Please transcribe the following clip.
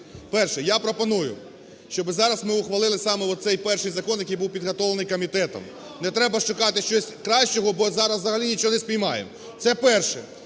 Перше. Я пропоную, щоб зараз ми ухвалили саме цей перший закон, який був підготовлений комітетом. Не треба шукати щось кращого, бо зараз взагалі нічого не спіймаємо, це перше.